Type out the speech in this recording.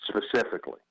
specifically